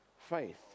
Faith